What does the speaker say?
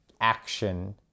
action